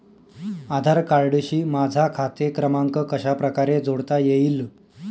आधार कार्डशी माझा खाते क्रमांक कशाप्रकारे जोडता येईल?